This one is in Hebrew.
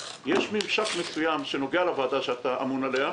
ממשק מסוים שנוגע לוועדה שמיקי לוי אמון עליה,